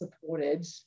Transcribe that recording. supported